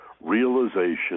realization